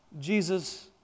Jesus